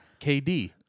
KD